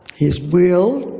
his will,